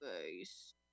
face